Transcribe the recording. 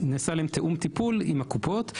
נעשה עליהם תיאום טיפול עם הקופות.